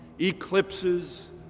eclipses